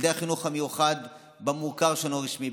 ילדי החינוך המיוחד במוכר שאינו רשמי,